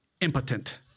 impotent